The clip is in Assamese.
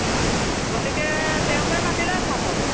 গতিকে তেওঁকে মাতিলে ভাল হ'ব